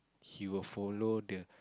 he will follow the